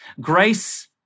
Grace